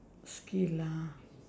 skill ah